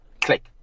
Click